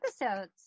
episodes